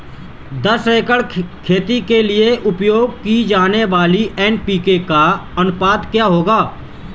दस एकड़ खेती के लिए उपयोग की जाने वाली एन.पी.के का अनुपात क्या होगा?